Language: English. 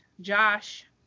Josh